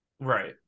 right